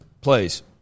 please